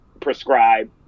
prescribe